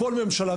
כל ממשלה,